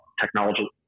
technology